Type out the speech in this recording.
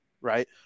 Right